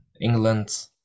England